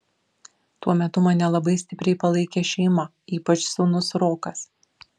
tuo metu mane labai stipriai palaikė šeima ypač sūnus rokas